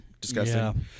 Disgusting